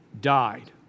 died